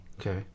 Okay